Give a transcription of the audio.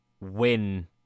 win